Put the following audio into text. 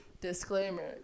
Disclaimer